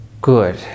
good